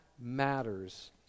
matters